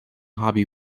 hobby